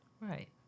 Right